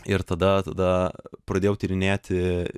ir tada tada pradėjau tyrinėti